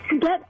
Get